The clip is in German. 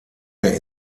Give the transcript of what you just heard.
der